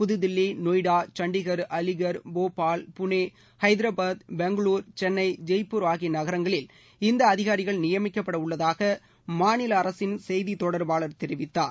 புதுதில்லி நொய்டா சண்டிகர் அலிகர் போபால் புளே ஹைதராபாத் பெங்களூர் சென்னை ஜெய்ப்பூர் ஆகிய நகரங்களில் இந்த அதிகாரிகள் நியமிக்கப்பட உள்ளதாக மாநில அரசின் செய்தி தொடர்பாளர் தெரிவித்தார்